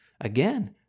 again